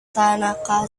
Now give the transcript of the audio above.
tanaka